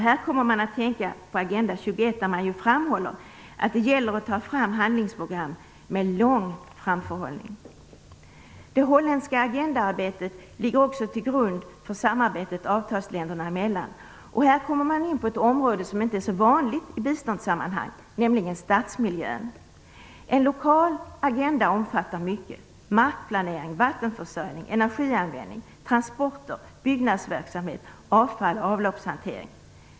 Här kommer man att tänka på Agenda 21 där det framhålls att det gäller att ta fram handlingsprogram med lång framförhållning. Det holländska agendaarbetet ligger också till grund för samarbetet avtalsländerna emellan. Här kommer man in på ett område som inte är så vanligt i biståndssammanhang, nämligen stadsmiljön. En lokal agenda omfattar mycket: markplanering, vattenförsörjning, energianvändning, transporter, byggnadsverksamhet, avfalls och avloppshantering.